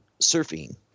surfing